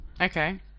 Okay